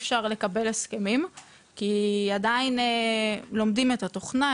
אפשר לקבל הסכמים כי עדיין לומדים את התוכנה.